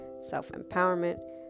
self-empowerment